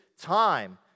time